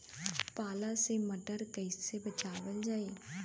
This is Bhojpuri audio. पाला से मटर कईसे बचावल जाई?